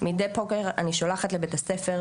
מדי בוקר אני שולחת לבית הספר,